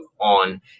on